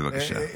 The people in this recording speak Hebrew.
בבקשה.